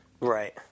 Right